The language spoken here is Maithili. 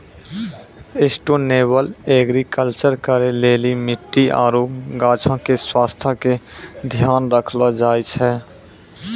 सस्टेनेबल एग्रीकलचर करै लेली मट्टी आरु गाछो के स्वास्थ्य के ध्यान राखलो जाय छै